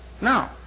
No